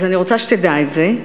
אז אני רוצה שתדע את זה,